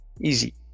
easy